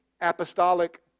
apostolic